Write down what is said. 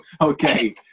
okay